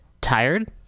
tired